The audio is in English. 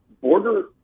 Border